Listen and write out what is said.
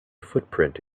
footprint